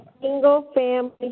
single-family